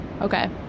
Okay